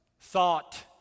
thought